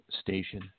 station